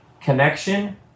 connection